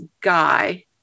guy